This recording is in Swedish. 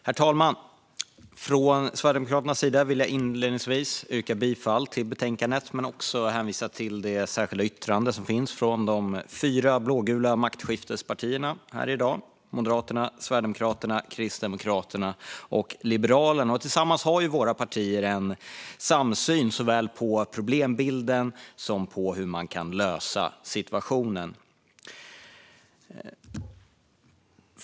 Herr talman! Från Sverigedemokraternas sida vill jag inledningsvis yrka bifall till utskottets förslag men också hänvisa till det särskilda yttrandet från de fyra blågula maktskiftespartierna Moderaterna, Sverigedemokraterna, Kristdemokraterna och Liberalerna. Tillsammans har våra partier en samsyn när det gäller såväl problembilden som hur situationen kan lösas.